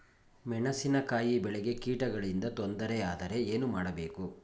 ಮೆಣಸಿನಕಾಯಿ ಬೆಳೆಗೆ ಕೀಟಗಳಿಂದ ತೊಂದರೆ ಯಾದರೆ ಏನು ಮಾಡಬೇಕು?